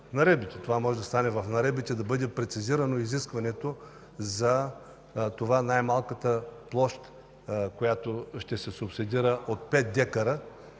Това може да стане в наредбите –да бъде прецизирано изискването за това най-малката площ, която ще се субсидира, от 5 декара,